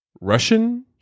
Russian